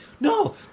no